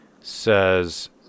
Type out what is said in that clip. says